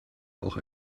auch